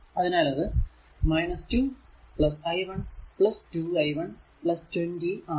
അതിനാൽ അത് 2 i 1 2 i 1 20 ആണ്